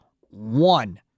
One